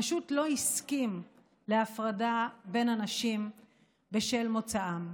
פשוט לא הסכים להפרדה בין אנשים בשל מוצאם.